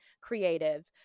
creative